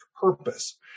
purpose